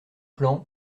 plan